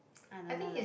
I don't know man